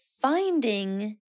finding